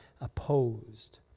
opposed